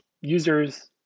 users